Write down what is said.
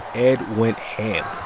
ed went ham